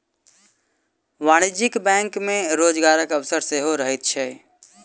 वाणिज्यिक बैंक मे रोजगारक अवसर सेहो रहैत छै